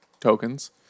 tokens